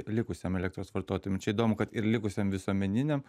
likusiem elektros vartotojam čia įdomu kad ir likusiam visuomeniniam